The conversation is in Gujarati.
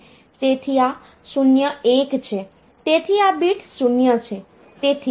તેથી આ 0 1 છે તેથી આ બીટ 0 છે